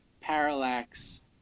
Parallax